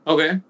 Okay